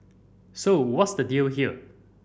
so what's the deal here